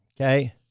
Okay